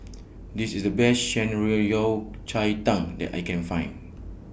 This IS The Best Shan Rui Yao Cai Tang that I Can Find